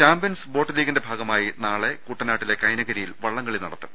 champions boat ലീഗിന്റെ ഭാഗമായി നാളെ കുട്ടനാട്ടിലെ കൈനകരയിൽ വള്ളംകളി നടക്കും